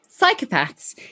psychopaths